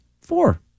Four